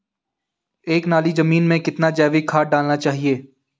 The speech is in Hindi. एक नाली जमीन में कितना जैविक खाद डालना चाहिए?